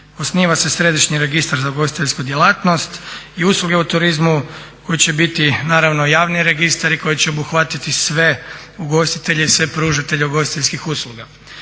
Osniva se središnji registar za ugostiteljsku djelatnost i usluge u turizmu koji će biti javni registar i koji će obuhvatiti sve ugostitelje i sve pružatelje ugostiteljskih usluga.